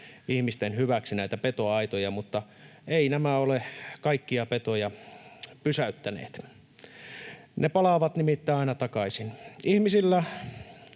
ihmisten hyväksi, mutta eivät nämä ole kaikkia petoja pysäyttäneet. Ne palaavat nimittäin aina takaisin. Ihmisillä